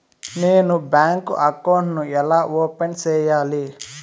నేను bank account ను ఎలా ఓపెన్ సేయాలి?